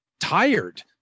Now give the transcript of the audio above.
tired